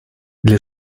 для